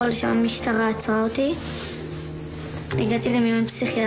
עוד היום ובזה בעצם תחילת סופה של